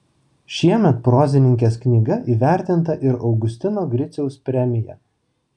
šiemet prozininkės knyga įvertinta ir augustino griciaus premija